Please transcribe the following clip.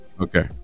Okay